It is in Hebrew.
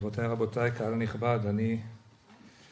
גבירותי רבותיי, קהל נכבד, אני